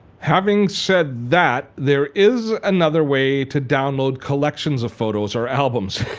having said that, there is another way to download collections of photos or albums.